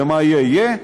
ומה שיהיה יהיה,